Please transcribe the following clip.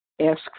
ask